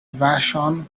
vashon